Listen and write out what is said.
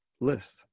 list